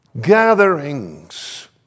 gatherings